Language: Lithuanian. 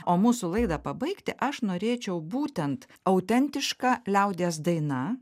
o mūsų laidą pabaigti aš norėčiau būtent autentiška liaudies daina